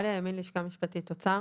אני גליה ימין, מהלשכה המשפטית של האוצר.